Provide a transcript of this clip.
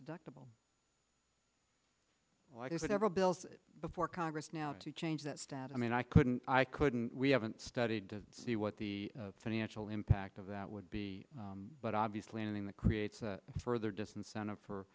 deductible why does whatever bills before congress now to change that stat i mean i couldn't i couldn't we haven't studied to see what the financial impact of that would be but obviously anything that creates further disincentive for